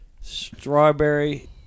strawberry